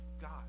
God